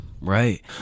right